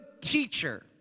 teacher